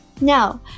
Now